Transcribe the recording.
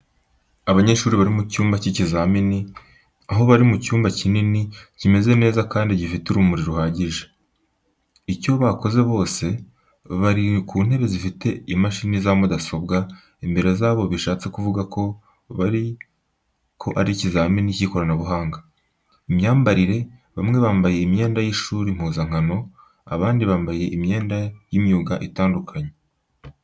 Abanyeshuri bari mu cyumba cy'ikizamini, aho bari mu cyumba kinini, kimeze neza kandi gifite urumuri ruhagije. Icyo bakoze bose, bari ku ntebe zifite imashini za mudasobwa imbere yabo, bishatse kuvuga ko ari ikizamini cy’ikoranabuhanga. Imyambarire, bamwe bambaye imyenda y’ishuri impuzankano, abandi bambaye imyenda y’imyuga itandukanye.